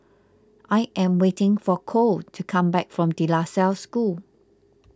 I am waiting for Cole to come back from De La Salle School